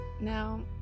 Now